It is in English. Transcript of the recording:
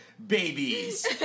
Babies